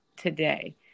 today